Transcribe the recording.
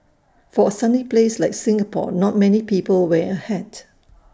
for A sunny place like Singapore not many people wear A hat